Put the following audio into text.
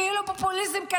כאילו פופוליזם,